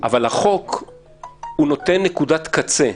אבל החוק נותן נקודת קצה.